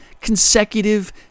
consecutive